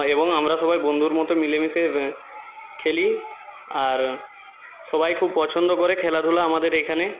এবং আমরা সবাই বন্ধুর মতো মিলেমিশে খেলি আর সবাই খুব পছন্দ করে খেলাধুলো আমাদের এইখানে